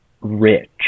rich